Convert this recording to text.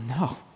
no